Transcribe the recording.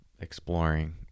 exploring